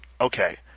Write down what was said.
Okay